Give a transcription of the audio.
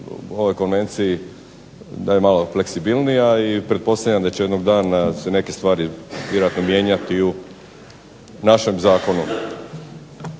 u ovoj konvenciji malo fleksibilnija i pretpostavljam da će se jednog dana vjerojatno neke stvari mijenjati i u našem zakonu.